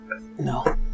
No